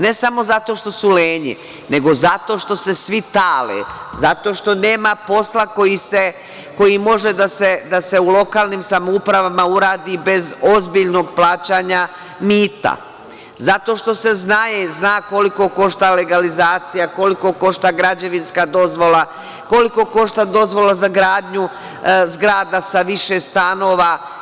Ne samo zato što su lenji, nego zato što se svi tale, zato što nema posla koji može da se u lokalnim samoupravama uradi bez ozbiljnog plaćanja mita, zato što se zna koliko košta legalizacija, koliko košta građevinska dozvola, koliko košta dozvola za gradnju zgrada sa više stanova.